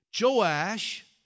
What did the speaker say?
Joash